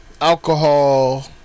alcohol